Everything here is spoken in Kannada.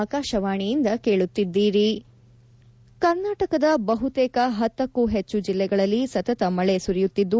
ಸ್ರಾಂಪ ಕರ್ನಾಟಕದ ಬಹುತೇಕ ಹತ್ತಕ್ಕೂ ಹೆಚ್ಚು ಜಿಲ್ಲೆಗಳಲ್ಲಿ ಸತತ ಮಳೆ ಸುರಿಯುತ್ತಿದ್ದು